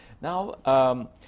Now